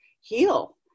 heal